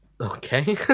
Okay